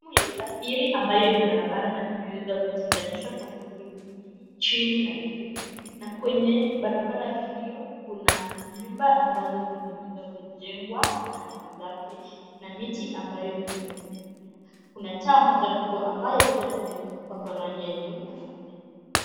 Sehemu ya usafiri, ambayo ni barabara na imewezwa kutenganishwa kwa sehemu mbili; chini na juu, na kwenye barabara hiyo kuna nyumba ambazo zimeweza kujengwa kando zake na miti ambayo imeweza kumea. Kuna taa moja kubwa, ambayo pia imepakwa rangi ya nyeupe pamoja na nyekundu.